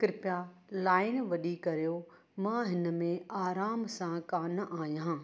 कृपा लाइन वॾी करियो मां हिनमें आराम सां कोन्ह आहियां